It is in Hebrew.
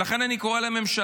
ולכן אני קורא לממשלה,